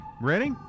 ready